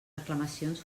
reclamacions